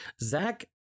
zach